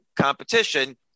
competition